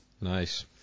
Nice